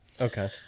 okay